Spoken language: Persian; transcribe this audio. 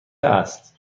است